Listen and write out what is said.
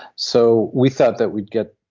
so we thought that we'd get.